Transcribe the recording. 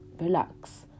relax